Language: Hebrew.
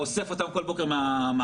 אוסף אותם כל בוקר מהמעבר,